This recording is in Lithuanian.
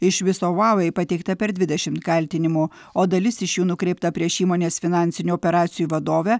iš viso uawei pateikta per dvidešimt kaltinimų o dalis iš jų nukreipta prieš įmonės finansinių operacijų vadovę